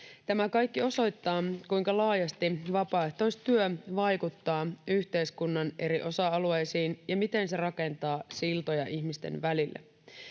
Tämä kaikki osoittaa, kuinka laajasti vapaaehtoistyö vaikuttaa yhteiskunnan eri osa-alueisiin ja miten se rakentaa siltoja ihmisten välille.